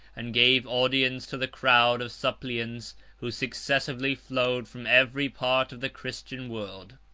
and gave audience to the crowd of suppliants who successively flowed from every part of the christian world.